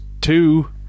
two